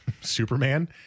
Superman